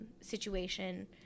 situation